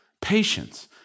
patience